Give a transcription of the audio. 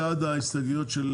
בעד ההסתייגויות של